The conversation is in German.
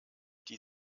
die